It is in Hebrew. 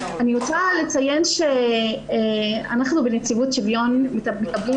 אני רוצה לציין שאנחנו בנציבות שוויון מקבלים